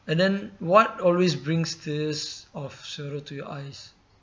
and then what always brings tears of sorrow to your eyes